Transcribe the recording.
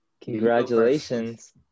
Congratulations